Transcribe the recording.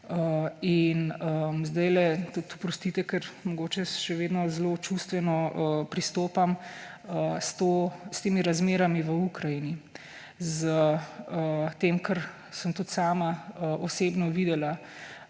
Zdaj tudi oprostite, ker mogoče še vedno zelo čustveno pristopam glede teh razmer v Ukrajini, kar sem tudi sama osebno videla,